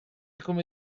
come